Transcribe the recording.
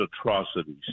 atrocities